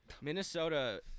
Minnesota